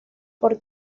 por